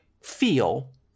feel